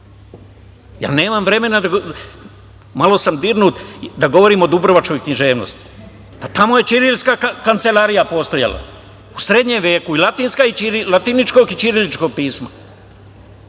jezik. Nemam vremena, malo sam dirnut, da govorim o dubrovačkoj književnosti. Pa, tamo je ćirilska kancelarija postojala, u srednjem veku i latiničkog i ćiriličkog pisma.